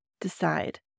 decide